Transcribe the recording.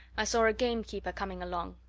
i saw a gamekeeper coming along.